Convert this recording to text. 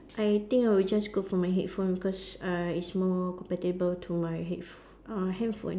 I think I will just go for my headphone because uh it's more compatible to my headph~ uh handphone